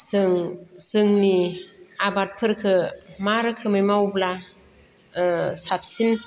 जों जोंनि आबादफोरखौ मा रोखोमै मावोब्ला साबसिन